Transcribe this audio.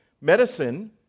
medicine